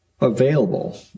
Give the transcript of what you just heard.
available